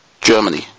Germany